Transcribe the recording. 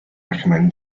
recommend